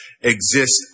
exist